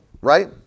right